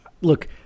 look